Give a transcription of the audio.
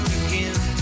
again